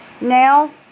Now